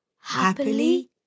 Happily